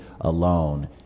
alone